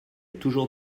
toujours